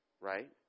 right